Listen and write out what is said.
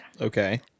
Okay